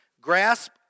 grasp